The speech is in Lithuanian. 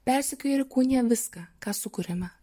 persekioja ir įkūnija viską ką sukuriame